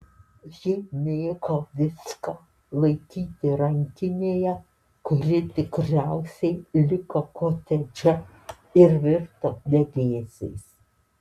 ji mėgo viską laikyti rankinėje kuri tikriausiai liko kotedže ir virto degėsiais